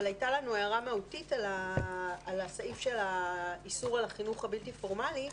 אבל הייתה לנו הערה מהותית על הסעיף של האיסור על החינוך הבלתי פורמלי,